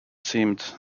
seemed